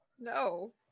No